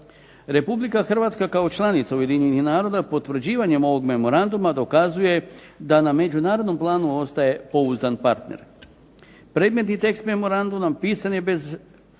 Republika Hrvatska kao članica Ujedinjenih naroda, potvrđivanjem ovog memoranduma dokazuje da na međunarodnom planu ostaje pouzdan partner. Predmetni tekst memoranduma pisan je bez